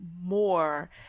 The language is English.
more